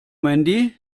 mandy